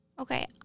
Okay